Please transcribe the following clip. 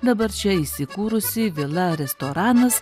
dabar čia įsikūrusi vila restoranas